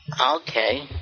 okay